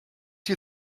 you